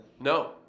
No